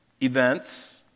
events